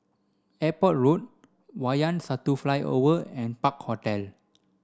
Airport Road Wayang Satu Flyover and Park Hotel